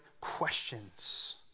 questions